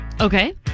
Okay